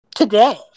Today